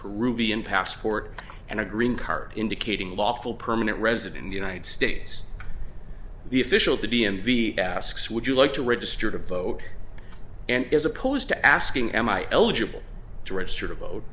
peruvian passport and a green card indicating lawful permanent resident in the united states the official d m v asks would you like to register to vote and as opposed to asking m i eligible to register to vote